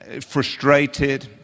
Frustrated